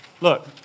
Look